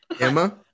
Emma